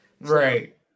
Right